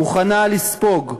מוכנה לספוג.